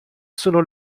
sono